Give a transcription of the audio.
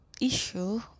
issue